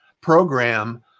program